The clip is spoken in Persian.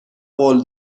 قول